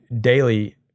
daily